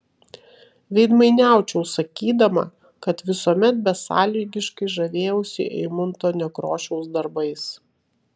veidmainiaučiau sakydama kad visuomet besąlygiškai žavėjausi eimunto nekrošiaus darbais